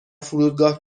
فرودگاه